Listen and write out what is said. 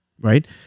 right